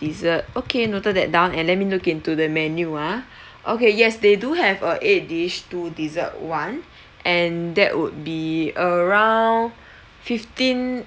dessert okay noted that down and let me look into the menu ah okay yes they do have a eight dish two dessert [one] and that would be around fifteen